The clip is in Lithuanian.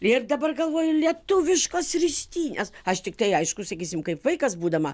ir dabar galvoju lietuviškos ristynės aš tiktai aišku sakysim kaip vaikas būdama